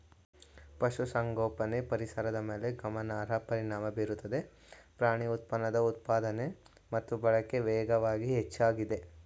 ಪಶುಸಂಗೋಪನೆ ಪರಿಸರದ ಮೇಲೆ ಗಮನಾರ್ಹ ಪರಿಣಾಮ ಬೀರುತ್ತದೆ ಪ್ರಾಣಿ ಉತ್ಪನ್ನದ ಉತ್ಪಾದನೆ ಮತ್ತು ಬಳಕೆ ವೇಗವಾಗಿ ಹೆಚ್ಚಾಗಿದೆ